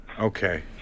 okay